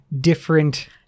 different